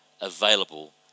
available